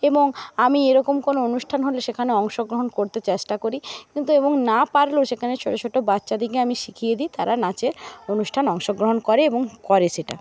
এবং আমি এরকম কোনো অনুষ্ঠান হলে সেখানে অংশগ্রহণ করতে চেষ্টা করি কিন্তু এবং না পারলেও সেখানে ছোটো ছোটো বাচ্চাদেরকে আমি শিখিয়ে দিই তারা নাচে অনুষ্ঠানে অংশগ্রহণ করে এবং করে সেটা